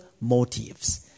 motives